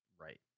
right